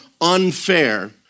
unfair